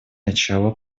начало